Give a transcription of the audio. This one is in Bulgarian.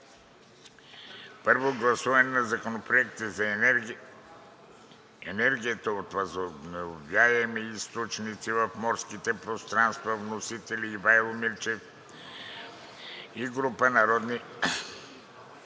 Първо гласуване на законопроекти за енергията от възобновяеми източници в морските пространства. Вносители – Ивайло Мирчев и група народни